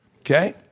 Okay